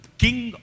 king